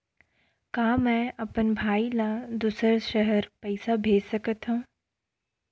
का मैं अपन भाई ल दुसर शहर पईसा भेज सकथव?